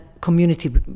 community